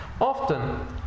Often